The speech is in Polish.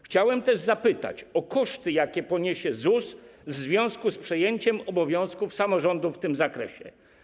Chciałem też zapytać o koszty, jakie poniesie ZUS w związku z przejęciem obowiązków samorządów w tym zakresie.